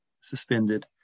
suspended